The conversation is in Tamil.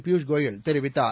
பியூஷ் கோயல் தெரிவித்தார்